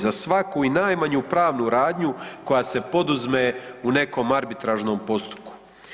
Za svaku i najmanju pravnu radnju koja se poduzme u nekom arbitražnom postupku.